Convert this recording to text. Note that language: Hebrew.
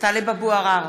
טלב אבו עראר,